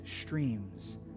streams